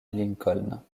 lincoln